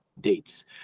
Dates